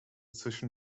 zwischen